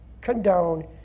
condone